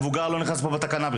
המבוגר בכלל לא נכנס פה בתקנה.